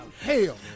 Hell